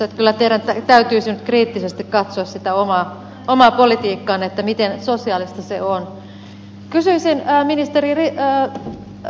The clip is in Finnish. kyllä teidän täytyisi nyt kriittisesti katsoa sitä omaa politiikkaanne miten sosiaalista se on